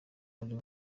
ariwe